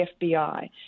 FBI